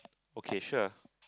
okay sure